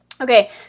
Okay